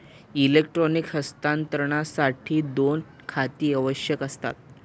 electronic हस्तांतरणासाठी दोन खाती आवश्यक असतात